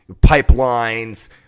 pipelines